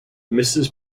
mrs